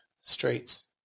streets